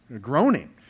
groaning